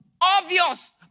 obvious